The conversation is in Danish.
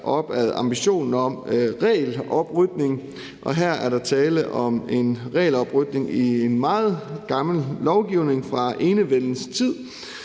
op ad ambitionen om regeloprydning, og her er der tale om en regeloprydning i meget gammel lovgivning fra enevældens tid.